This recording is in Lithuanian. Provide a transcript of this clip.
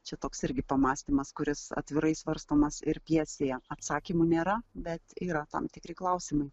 čia toks irgi pamąstymas kuris atvirai svarstomas ir pjesėje atsakymų nėra bet yra tam tikri klausimai